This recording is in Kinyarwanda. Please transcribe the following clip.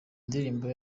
nindirimbo